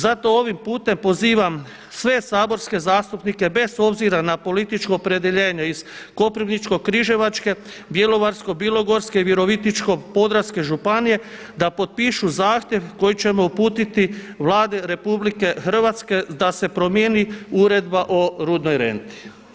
Zato ovim putem pozivam sve saborske zastupnike bez obzira na političko opredjeljenje iz Koprivničko-križevačke, Bjelovarsko-bilogorske, Virovitičko-podravske županije da potpišu zahtjev koji ćemo uputiti Vladi RH da se promijenit uredba o rudnoj renti.